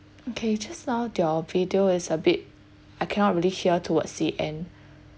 okay just now your video is a bit I cannot really hear towards the end